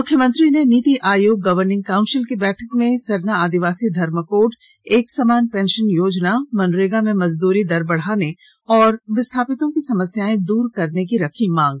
मुख्यमंत्री ने NITI Aayog governing council की बैठक में सरना आदिवासी धर्म कोड एकसमान पेंशन योजना मनरेगा में मजदूरी दर बढ़ाने और विस्थापितों की समस्याएं दूर करने की रखी मांग